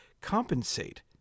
compensate